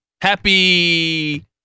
Happy